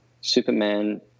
Superman